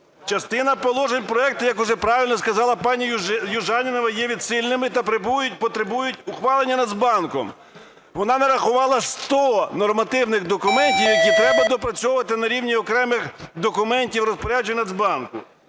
Частина положень проекту, як уже правильно сказала пані Южаніна, є відсильними та потребують ухвалення Нацбанком. Вона нарахувала 100 нормативних документів, які треба доопрацьовувати на рівні окремих документів і розпоряджень Нацбанку.